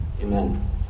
amen